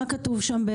מה כתוב שם?